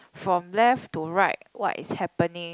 from left to right what is happening